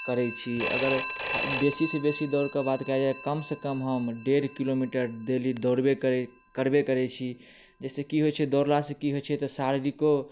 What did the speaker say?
करै छी अगर बेसीसँ बेसी दौड़के बात कएल जाइ कमसँ कम हम डेढ़ किलोमीटर डेली दौड़बे करबे करै करबे करै छी जाहिसँ कि होइ छै दौड़लासँ कि होइ छै तऽ शारीरिको